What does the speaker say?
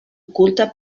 oculta